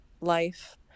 life